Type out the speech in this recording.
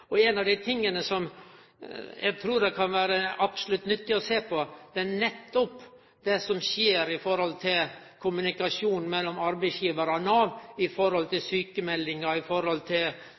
elektronisk. Ein av dei tinga som eg trur det absolutt kan vere nyttig å sjå på, er nettopp det som skjer i kommunikasjonen mellom arbeidsgivar og Nav når det gjeld sjukemeldingar, arbeidsløysetrygd osv. I